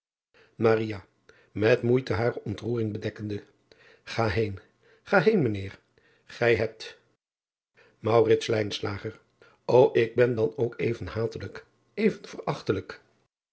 et moeite hare ontroering bedekkende a heen ga heen mijn eer gij hebt o k ben dan nog even hatelijk even